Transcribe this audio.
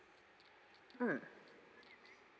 mm